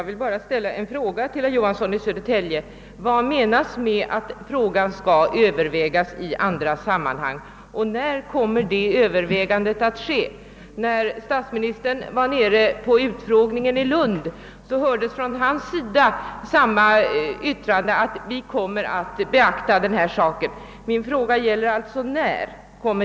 Herr talman! Vad menas, herr Johansson i Södertälje, med att frågan skall övervägas i andra sammanhang? När kommer det övervägandet att göras? När statsministern var nere i Lund på utfrågningen sade även han att »vi kommer att beakta denna sak».